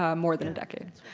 um more than a decade.